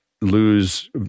lose